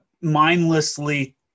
mindlessly